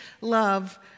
love